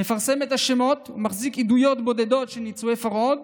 מפרסם את השמות ומחזיק עדויות בודדות של ניצולי פרהוד,